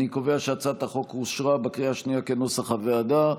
אני קובע שהצעת החוק אושרה בקריאה השנייה כנוסח הוועדה.